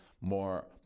more